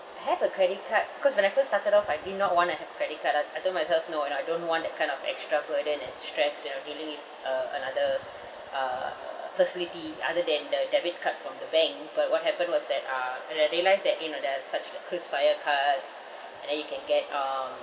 have a credit card cause when I first started off I did not want to have credit card I I told myself no you know I don't want that kind of extra burden and stress you know really uh another uh facility other than the debit card from the bank but what happened was that uh when I realised that you know there is such Krisflyer cards and then you can get uh